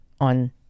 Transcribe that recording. on